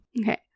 Okay